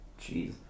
Jeez